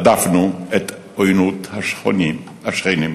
הדפנו את עוינות השכנים.